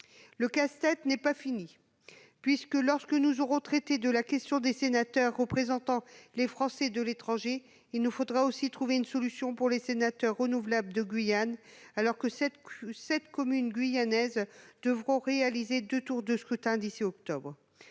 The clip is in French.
le casse-tête n'est pas fini, puisque, lorsque nous aurons traité des sénateurs représentants les Français de l'étranger, il nous faudra trouver une solution aussi pour les sénateurs renouvelables de Guyane, alors que sept communes guyanaises devront tenir deux tours de scrutin d'ici au